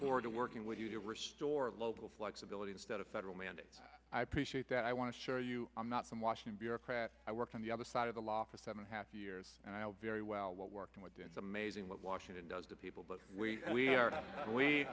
forward to working with you to restore local flexibility instead of federal mandates i appreciate that i want to assure you i'm not from washington bureaucrats i worked on the other side of the law for seven half years and i have very well what working with amazing what washington does to people but we we